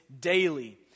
daily